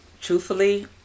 Truthfully